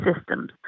systems